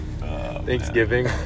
Thanksgiving